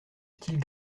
style